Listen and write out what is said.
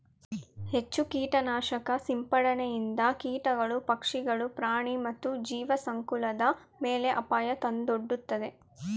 ಹೆಚ್ಚು ಕೀಟನಾಶಕ ಸಿಂಪಡಣೆಯಿಂದ ಕೀಟಗಳು, ಪಕ್ಷಿಗಳು, ಪ್ರಾಣಿ ಮತ್ತು ಜೀವಸಂಕುಲದ ಮೇಲೆ ಅಪಾಯ ತಂದೊಡ್ಡುತ್ತದೆ